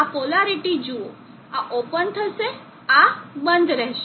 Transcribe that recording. આ પોલારીટી જુઓ આ ઓપન થશે આ બંધ રહેશે